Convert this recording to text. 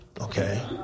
Okay